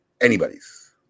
Anybody's